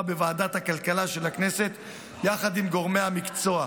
בוועדת הכלכלה של הכנסת יחד עם גורמי המקצוע.